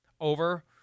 over